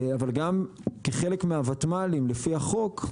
אבל גם כחלק מהותמ"לים לפי החוק,